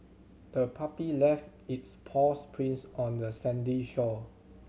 the puppy left its paws prints on the sandy shore